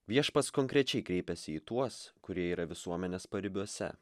viešpats konkrečiai kreipiasi į tuos kurie yra visuomenės paribiuose